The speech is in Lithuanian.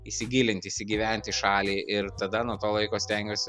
įsigilint įsigyvent į šalį ir tada nuo to laiko stengiuosi